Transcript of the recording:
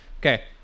Okay